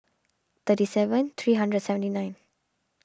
thirty seven three hundred and seventy nine